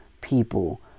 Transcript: people